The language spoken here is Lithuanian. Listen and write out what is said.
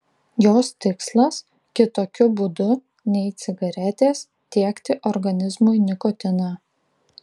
jos tikslas kitokiu būdu nei cigaretės tiekti organizmui nikotiną